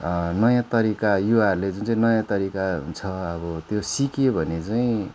नयाँ तरिका युवाहरूले जुन चाहिँ नयाँ तरिका हुन्छ अब त्यो सिक्यो भने चाहिँ